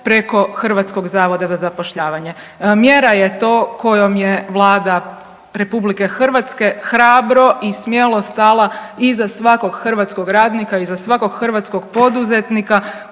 Hrvatskog zavoda za zapošljavanje.